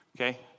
Okay